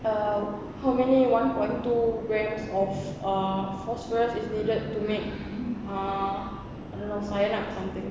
um how many one point two grams of uh phosphorus is needed to make uh I don't know cyanide or something